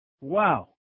Wow